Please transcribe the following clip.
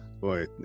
Boy